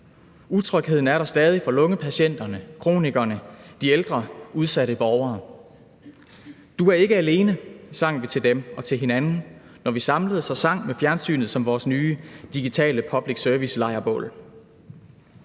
Utrygheden er der stadig for lungepatienterne, kronikerne og de ældre, udsatte borgere. Du er ikke alene, sang vi til dem og til hinanden, når vi samledes og sang med fjernsynet som vores nye digitale public service-lejrbål.